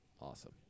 Awesome